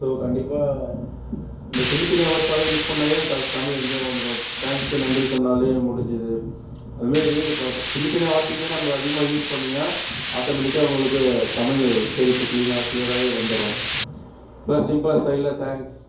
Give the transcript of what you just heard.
so கண்டிப்பாக நம்ம சின்ன சின்ன வேர்ட்ஸாகவே யூஸ் பண்ணாலே தமிழ் எங்கேயோ வந்துடும் தேங்க்ஸுக்கு நன்றி சொன்னாலே முடிஞ்சுது அது மாரி சின்ன சின்ன வார்த்தைங்க நம்ம அதிகமாக யூஸ் பண்ணிங்கனா ஆட்டோமேட்டிக்காக உங்களுக்கு தமிழ் உச்சரிப்பு கிளீனாக கிளியராகவே வந்துடும் இப்போ சிம்பிளாக ஸ்டைலாக தேங்க்ஸ்